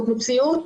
זאת מציאות